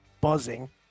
buzzing